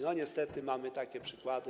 No niestety mamy takie przykłady.